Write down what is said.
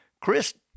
Chris